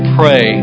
pray